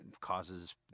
causes